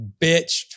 bitched